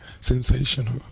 Sensational